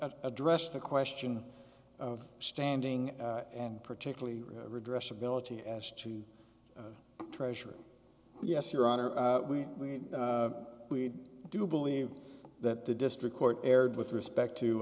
but address the question of standing and particularly redress ability as to treasury yes your honor we we we do believe that the district court erred with respect to